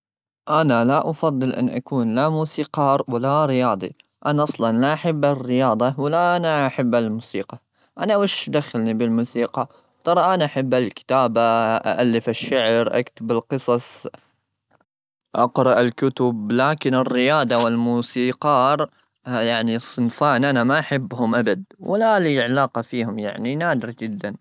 أنا لا أفضل أن أكون لا موسيقار ولا رياضي. أنا أصلاً ما أحب الرياضة ولا أنا أحب الموسيقى. أنا وش دخلني بالموسيقى؟ ترى، أنا أحب الكتابة، أؤلف الشعر، أكتب القصص، أقرأ الكتب. لكن الريادة والموسيقار، يعني الصنفان أنا ما أحبهم أبد ولا لي علاقة فيهم. يعني نادرة جدا.